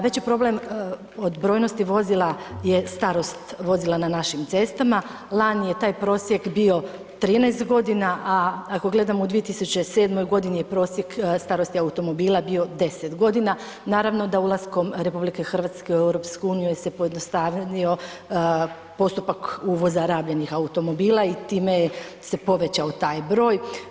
Veći problem od brojnosti vozila je starost vozila na našim cestama, lani je taj prosjek bio 13.g., a ako gledamo u 2007.g. je prosjek starosti automobila bio 10.g. Naravno da ulaskom RH u EU se pojednostavio postupak uvoza rabljenih automobila i time je se povećao taj broj.